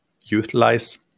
utilize